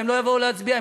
והם לא יבואו להצביע,